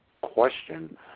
question